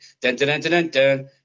Dun-dun-dun-dun-dun